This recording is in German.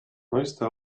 neueste